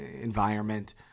environment